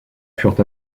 furent